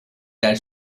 that